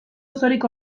osorik